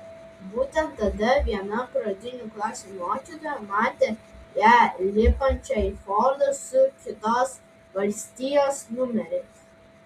būtent tada viena pradinių klasių mokytoja matė ją lipančią į fordą su kitos valstijos numeriais